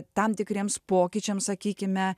tam tikriems pokyčiams sakykime